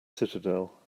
citadel